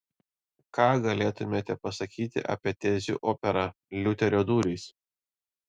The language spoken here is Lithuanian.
ką galėtumėte pasakyti apie tezių operą liuterio durys